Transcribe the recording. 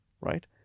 right